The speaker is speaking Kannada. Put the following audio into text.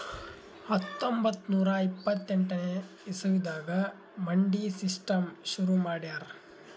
ಹತ್ತೊಂಬತ್ತ್ ನೂರಾ ಇಪ್ಪತ್ತೆಂಟನೇ ಇಸವಿದಾಗ್ ಮಂಡಿ ಸಿಸ್ಟಮ್ ಶುರು ಮಾಡ್ಯಾರ್